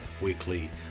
weekly